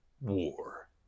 war